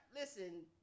listen